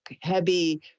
heavy